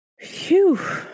Phew